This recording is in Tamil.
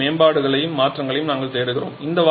மேலும் மேம்பாடுகளையும் மாற்றங்களையும் நாங்கள் தேடுகிறோம்